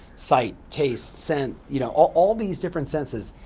sight, taste, scent, you know all all these different senses.